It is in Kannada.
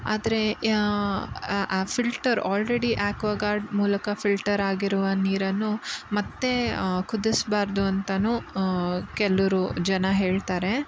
ಆದರೆ ಯಾ ಆ ಫಿಲ್ಟರ್ ಆಲ್ರೆಡಿ ಆ್ಯಕ್ವಗಾರ್ಡ್ ಮೂಲಕ ಫಿಲ್ಟರ್ ಆಗಿರುವ ನೀರನ್ನು ಮತ್ತೆ ಕುದಿಸ್ಬಾರ್ದು ಅಂತಲೂ ಕೆಲವ್ರು ಜನ ಹೇಳ್ತಾರೆ